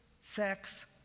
sex